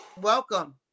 Welcome